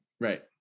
right